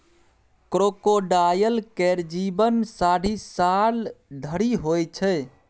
crocodile केर जीबन साठि साल धरि होइ छै